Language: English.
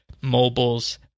mobile's